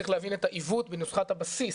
וצריך להבין את העיוות בנוסחת הבסיס